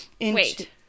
Wait